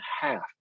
half